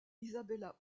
isabella